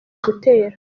gutera